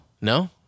no